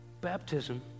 Baptism